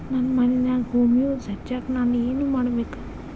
ನನ್ನ ಮಣ್ಣಿನ್ಯಾಗ್ ಹುಮ್ಯೂಸ್ ಹೆಚ್ಚಾಕ್ ನಾನ್ ಏನು ಮಾಡ್ಬೇಕ್?